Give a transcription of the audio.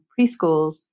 preschools